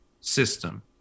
system